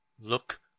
Look